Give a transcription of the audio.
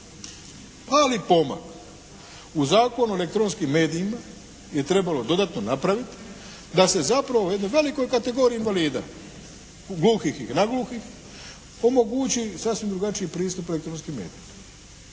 mali pomak u Zakon o elektronskim medijima je trebalo dodatno napraviti da se zapravo u jednoj velikoj kategoriji invalida gluhih i nagluhih omogući sasvim drugačiji pristup elektronskim medijima.